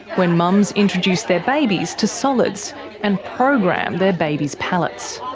when mums introduce their babies to solids and program their babies' palates.